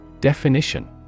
Definition